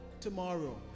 tomorrow